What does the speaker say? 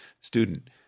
student